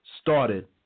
started